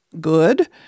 good